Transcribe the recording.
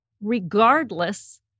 regardless